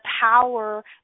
power